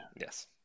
Yes